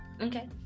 okay